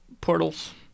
portals